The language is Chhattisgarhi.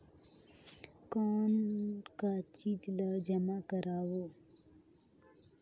कौन का चीज ला जमा करवाओ?